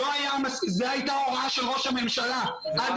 זאת הייתה ההוראה של ראש הממשלה אבל עד